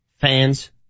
fans